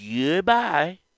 goodbye